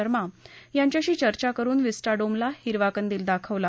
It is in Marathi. शर्मा यांच्याशी चर्चा करून विस्टाडोमला हिरवा कंदिल दाखविला